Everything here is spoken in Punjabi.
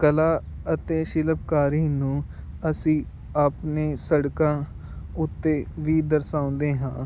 ਕਲਾ ਅਤੇ ਸ਼ਿਲਪਕਾਰੀ ਨੂੰ ਅਸੀਂ ਆਪਣੇ ਸੜਕਾਂ ਉੱਤੇ ਵੀ ਦਰਸਾਉਂਦੇ ਹਾਂ